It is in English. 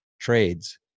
trades